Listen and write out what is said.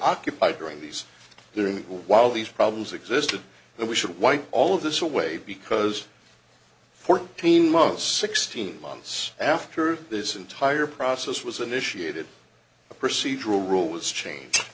occupied during these hearings while these problems existed and we should wipe all of this away because fourteen months sixteen months after this entire process was initiated a procedural rule was change